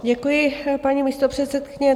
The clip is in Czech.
Děkuji, paní místopředsedkyně.